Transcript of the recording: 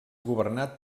governat